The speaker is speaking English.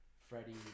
Freddie